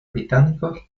británicos